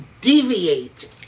deviate